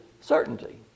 certainty